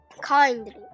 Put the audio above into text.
kindly